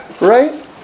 Right